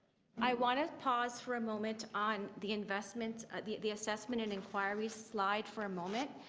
i want to pause for a moment on the investment the the assessment and inquirey slide for a moment.